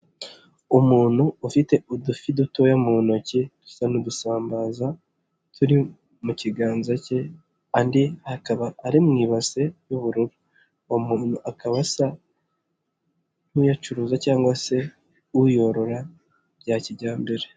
Umuntu ufite udufi dutoya mu ntoki dusa n'udusambaza turi mu kiganza cye andi akaba ari mu ibase y'ubururu, uwo muntu akaba asa nk'uyacuruza cyangwa se uyorora bya kijyambere.